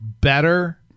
better